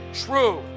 true